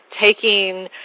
taking